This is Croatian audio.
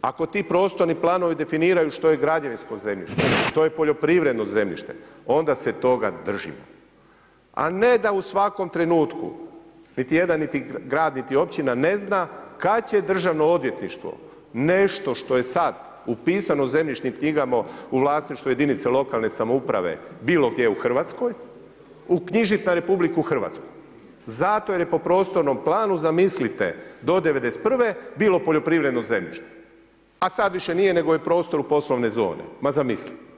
ako ti prostorni planovi definiraju što je građevinsko zemljište, što je poljoprivredno zemljište onda se toga držimo, a ne da u svakom trenutku niti jedan grad niti općina ne zna kad će Državno odvjetništvo nešto što je sad upisano u zemljišnim knjigama u vlasništvu jedinice lokalne samouprave bilo gdje u Hrvatskoj uknjižiti u RH zato jer je po prostornom planu zamislite, do '91. bilo poljoprivredno zemljište a sad više nije nego je prostor poslovne zone, ma zamisli.